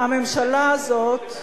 הממשלה הזאת,